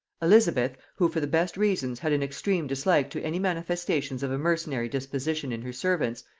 elizabeth, who for the best reasons had an extreme dislike to any manifestations of a mercenary disposition in her servants,